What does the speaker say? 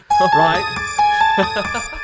right